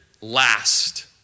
last